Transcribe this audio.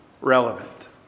relevant